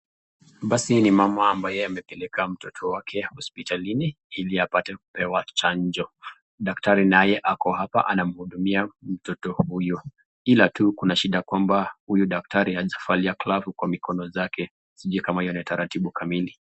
Basi hii ni mama ambaye yeye amepeleka mtoto wake hospitalini ili apate kupewa chanjo. Daktari naye ako hapa anamhudumia mtoto huyu. Ila tu kuna shida kwamba huyu daktari hajafalia klavu kwa mikono yake. Sijui kama hiyo ni taratibu kamili.